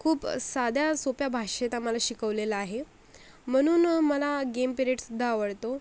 खूप साध्या सोप्या भाषेत आम्हाला शिकवलेलं आहे म्हणून मला गेम पिरियडसुद्धा आवडतो